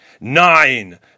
Nine